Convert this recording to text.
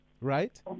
Right